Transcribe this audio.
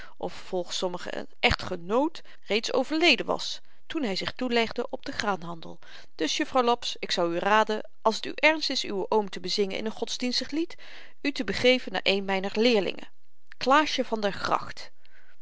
echtgenoote of volgens sommigen echtgenoot reeds overleden was toen hy zich toelegde op den graanhandel dus jufvrouw laps ik zou u raden als t u ernst is uwen oom te bezingen in een godsdienstig lied u te begeven naar een myner leerlingen klaasje van der gracht